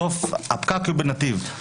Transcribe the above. בסוף הפקק הוא בנתיב.